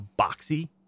boxy